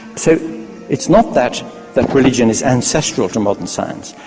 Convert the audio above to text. so it's not that that religion is ancestral to modern science.